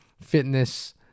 fitness